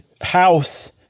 house